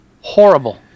Horrible